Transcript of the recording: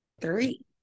three